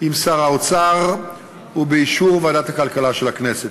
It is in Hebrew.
עם שר האוצר ובאישור ועדת הכלכלה של הכנסת.